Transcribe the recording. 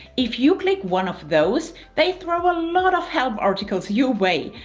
if you click one of those, they throw a lot of help articles your way.